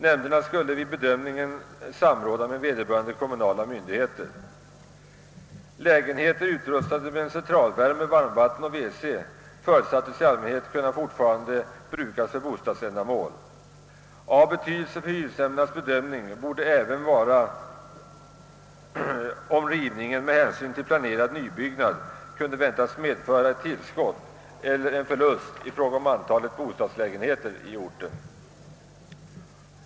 Nämnderna skulle vid bedömningen samråda med kommunala myndigheter. Lägenheter utrustade med centralvärme, varmvatten och wc förutsattes i allmänhet fortfarande kunna brukas för bostadsändamål. Av betydelse för hyresnämndernas bedömning borde även vara, om rivningen med hänsyn till planerad nybyggnad kunde väntas medföra ett tillskott eller en förlust i fråga om antalet bostadslägenheter på orten.